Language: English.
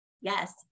yes